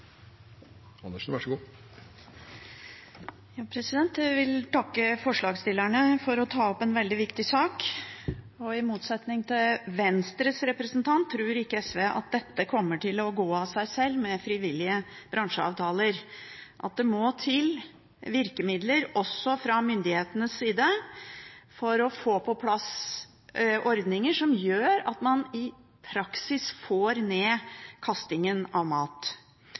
Jeg vil takke forslagsstillerne for å ta opp en veldig viktig sak. I motsetning til Venstres representant tror ikke SV at dette kommer til å gå av seg sjøl med frivillige bransjeavtaler. Det må virkemidler til også fra myndighetenes side for å få på plass ordninger som gjør at man i praksis får ned kastingen av mat. Slik flere representanter har vært inne på, er det å kaste mat også et moralsk spørsmål – mat,